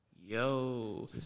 Yo